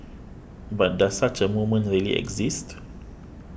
but does such a moment really exist